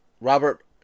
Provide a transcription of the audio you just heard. Robert